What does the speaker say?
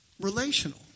relational